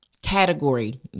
category